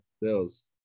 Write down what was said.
bills